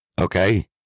okay